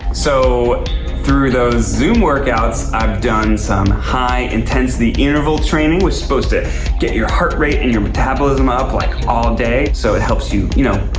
so through those zoom workouts i've done some high intensity interval training supposed to get your heart rate and your metabolism up like all day. so it helps you, you know,